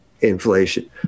inflation